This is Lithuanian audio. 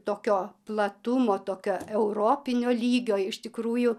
tokio platumo tokio europinio lygio iš tikrųjų